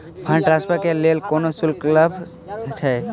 Fund transfer केँ लेल कोनो शुल्कसभ छै?